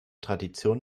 tradition